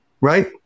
right